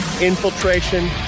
infiltration